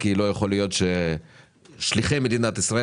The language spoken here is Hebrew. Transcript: כי לא יכול להיות ששליחי מדינת ישראל